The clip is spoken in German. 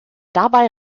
dabei